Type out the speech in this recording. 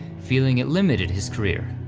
feeling it limited his career.